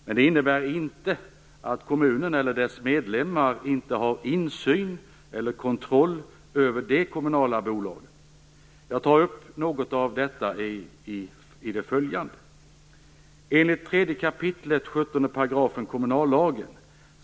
Men det innebär inte att kommunen eller dess medlemmar inte har insyn i eller kontroll över de kommunala bolagen. Jag tar upp något av detta i det följande.